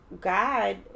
God